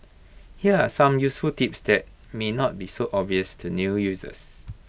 here are some useful tips that may not be so obvious to new users